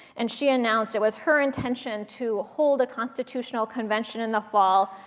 and she announced it was her intention to hold a constitutional convention in the fall,